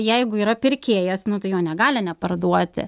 jeigu yra pirkėjas nu tai jo negali neparduoti